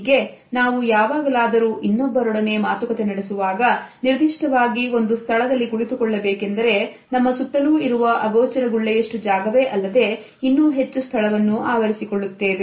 ಹೀಗೆ ನಾವು ಯಾವಾಗಲಾದರೂ ಇನ್ನೊಬ್ಬರೊಡನೆ ಮಾತುಕತೆ ನಡೆಸುವಾಗ ನಿರ್ದಿಷ್ಟವಾಗಿ ಒಂದು ಸ್ಥಳದಲ್ಲಿ ಕುಳಿತು ಕೊಳ್ಳಬೇಕೆಂದರೆ ನಮ್ಮ ಸುತ್ತಲೂ ಇರುವ ಅಗೋಚರ ಗುಳ್ಳೆಯಷ್ಟು ಜಾಗವೇ ಅಲ್ಲದೆ ಇನ್ನೂ ಹೆಚ್ಚು ಸ್ಥಳವನ್ನು ಆವರಿಸಿಕೊಳ್ಳುತ್ತೇವೆ